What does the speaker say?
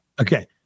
Okay